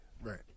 Right